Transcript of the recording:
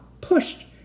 Pushed